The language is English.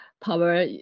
power